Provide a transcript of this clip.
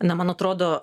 na man atrodo